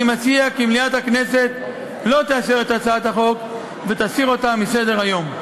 אני מציע כי מליאת הכנסת לא תאשר את הצעת החוק ותסיר אותה מסדר-היום.